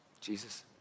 Jesus